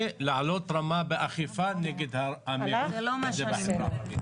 לבין לעלות רמה באכיפה נגד המיעוט --- זה לא מה שאני מדברת עליו.